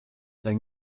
dein